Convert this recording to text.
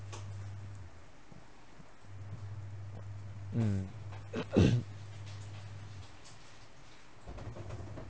mm